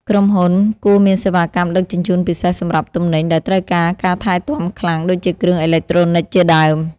ក្រុមហ៊ុនគួរមានសេវាកម្មដឹកជញ្ជូនពិសេសសម្រាប់ទំនិញដែលត្រូវការការថែទាំខ្លាំងដូចជាគ្រឿងអេឡិចត្រូនិកជាដើម។